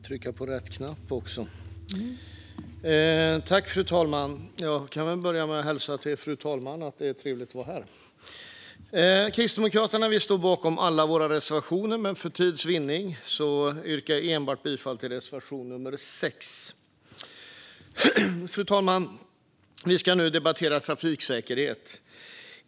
Fru talman! Jag kan börja med att säga till fru talmannen att det är trevligt att vara här. Vi kristdemokrater står bakom alla våra reservationer, men för tids vinning yrkar jag bifall enbart till reservation nummer 6. Fru talman! Vi debatterar nu trafiksäkerhet.